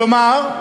כלומר,